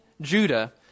Judah